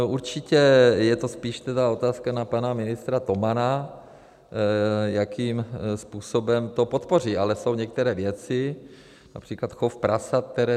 Určitě je to spíš otázka na pana ministra Tomana, jakým způsobem to podpoří, ale jsou některé věci, například chov prasat, který...